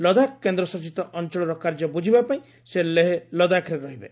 ଲଦାଖ କେନ୍ଦ୍ରଶାସିତ ଅଞ୍ଚଳର କାର୍ଯ୍ୟ ବୁଝିବା ପାଇଁ ସେ ଲେହ ଲଦାଖରେ ରହିବେ